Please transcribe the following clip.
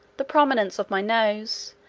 the prominence of my nose,